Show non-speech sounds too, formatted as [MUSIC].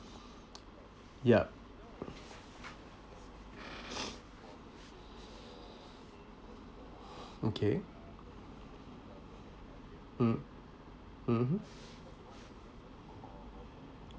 yup [NOISE] okay mm mmhmm